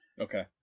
Okay